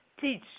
teach